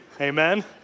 Amen